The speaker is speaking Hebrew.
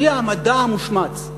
בלי המדע המושמץ.